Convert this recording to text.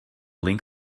link